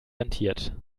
rentiert